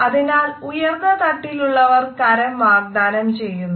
അതിനാൽ ഉയർന്ന തട്ടിലുള്ളവർ കരം വാഗ്ദാനം ചെയ്യുന്നു